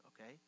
okay